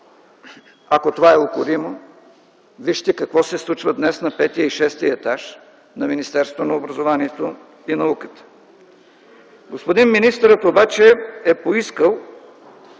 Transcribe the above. Ако това е укоримо, вижте какво се случва днес на 5-ия и 6-ия етаж на Министерството на образованието и науката. Господин министърът обаче е поискал